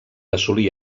assolir